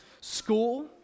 School